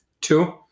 Two